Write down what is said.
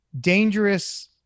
dangerous